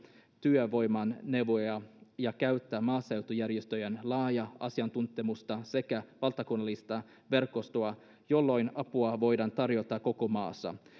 työvoimaneuvojia ja käyttää maaseutujärjestöjen laajaa asiantuntemusta sekä valtakunnallista verkostoa jolloin apua voidaan tarjota koko maassa